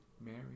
Mary